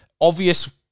obvious